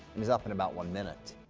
he's up in about one minute.